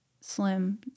slim